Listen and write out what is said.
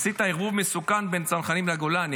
עשית ערבוב מסוכן בין צנחנים לגולני,